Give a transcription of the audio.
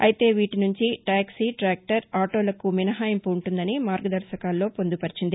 అయితే వీటి సుంచి ట్యాక్సీ టాక్టర్ ఆటోలకు మినహాయింపు ఉంటుందని మార్గదర్శకాల్లో పొందుపర్చింది